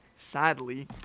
Sadly